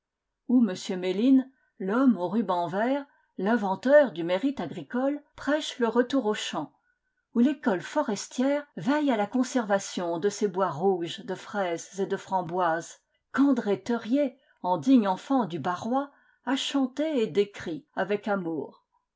où m méline l'homme aux rubans verts l'inventeur du mérite agricole prêche le retour aux champs où l'ecole forestière veille à la conservation de ces bois rouges de fraises et de framboises qu'andré theuriet en digne enfant du barrois a chantés et décrits avec amour